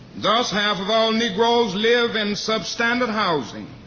thus, half of all negroes live in substandard housing.